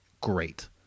great